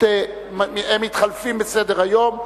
הם מתחלפים בסדר-היום.